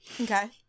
Okay